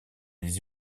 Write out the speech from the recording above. les